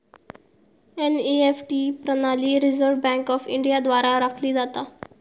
NEFT प्रणाली Reserve Bank of India द्वारा राखली जाता